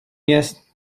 jest